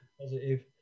positive